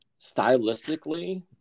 stylistically